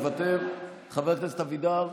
מוותר, חבר הכנסת אבידר,